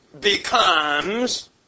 becomes